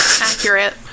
accurate